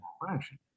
fraction